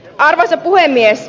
arvoisa puhemies